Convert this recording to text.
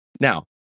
Now